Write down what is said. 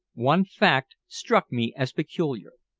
one fact struck me as peculiar.